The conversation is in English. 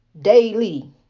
daily